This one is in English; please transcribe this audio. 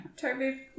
Toby